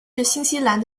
新西兰